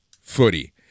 footy